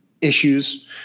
issues